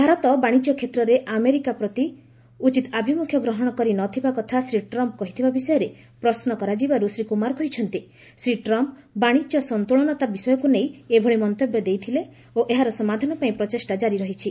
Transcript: ଭାରତ ବାଣିଜ୍ୟ କ୍ଷେତ୍ରରେ ଆମେରିକା ପ୍ରତି ଉଚ୍ଚିତ ଆଭିମ୍ବଖ୍ୟ ଗ୍ରହଣ କରିନଥିବା କଥା ଶ୍ରୀ ଟ୍ରମ୍ପ୍ କହିଥିବା ବିଷୟରେ ପ୍ରଶ୍ନ କରାଯିବାରୁ ଶ୍ରୀ କୁମାର କହିଛନ୍ତି ଶ୍ରୀ ଟ୍ରମ୍ପ୍ ବାଣିଜ୍ୟ ସନ୍ତୁଳନତା ବିଷୟକୁ ନେଇ ଏଭଳି ମନ୍ତବ୍ୟ ଦେଇଥିଲେ ଓ ଏହାର ସମାଧାନ ପାଇଁ ପ୍ରଚେଷ୍ଟା ଜାରି ରହିଛି